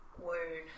word